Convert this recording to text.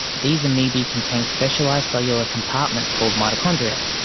these amoebae contain specialised cellular compartments called mitochondria,